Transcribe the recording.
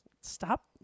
Stop